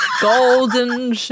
golden